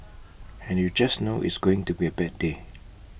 and you just know it's going to be A bad day